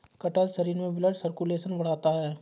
कटहल शरीर में ब्लड सर्कुलेशन बढ़ाता है